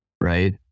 right